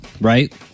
right